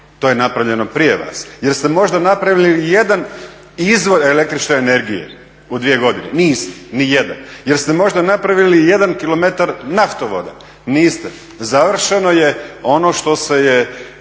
To je napravljeno prije vas. Jel ste možda napravili ijedan izvor el.energije u dvije godine? niste, nijedan. Jel ste možda napravili ijedan kilometar naftovoda? Niste. Završeno je ono što se je